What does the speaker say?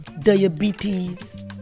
diabetes